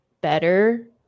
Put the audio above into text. better